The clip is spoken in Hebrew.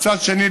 ומצד שני,